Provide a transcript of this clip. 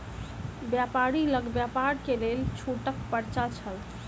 व्यापारी लग व्यापार के लेल छूटक पर्चा छल